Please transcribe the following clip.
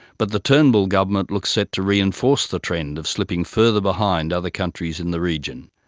but the turnbull government looks set to reinforce the trend of slipping further behind other countries in the region.